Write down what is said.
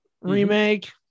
remake